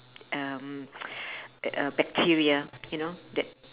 um uh bacteria you know that